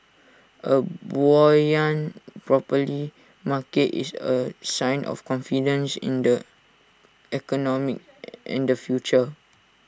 A buoyant property market is A sign of confidence in the economy and the future